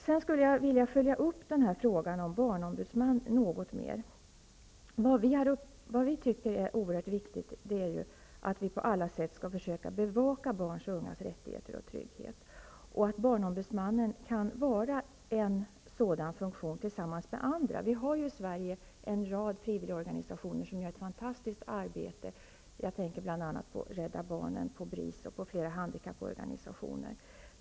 Sedan skulle jag något mer vilja följa upp frågan om en barnombudsman. Vi tycker att det är oerhört viktigt att vi på alla sätt försöker att bevaka barns och ungas rättigheter och trygghet. Barnombudsmannen kan tillsammans med andra ha en sådan funktion. Vi har ju i Sverige en rad frivilliga organisationer som gör ett fantastiskt arbete. Jag tänker bl.a. på Rädda barnen, på BRIS och på flera handikapporganisationer.